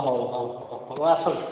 ହଉ ହଉ ହଉ ଆସନ୍ତୁ